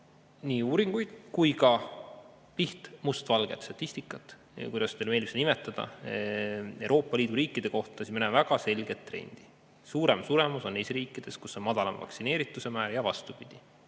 nii uuringuid kui ka lihtsat must valgel statistikat, või kuidas teile meeldib seda nimetada, Euroopa Liidu riikide kohta, siis me näeme väga selget trendi, et suurem suremus on neis riikides, kus on madalam vaktsineerituse määr, ja vastupidi.